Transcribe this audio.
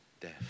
death